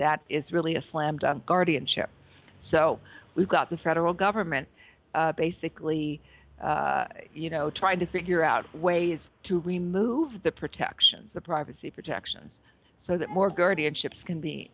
that is really a slam dunk guardianship so we've got the federal government basically you know trying to figure out ways to remove the protections the privacy protections so that more guardianships can be